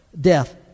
death